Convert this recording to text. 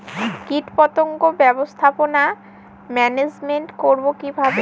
কীটপতঙ্গ ব্যবস্থাপনা ম্যানেজমেন্ট করব কিভাবে?